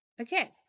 Okay